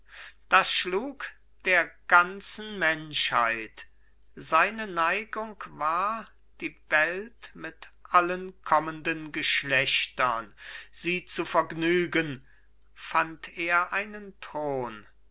das schlug der ganzen menschheit seine neigung war die welt mit allen kommenden geschlechtern sie zu vergnügen fand er einen thron